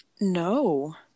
no